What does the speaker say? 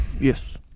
yes